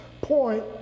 point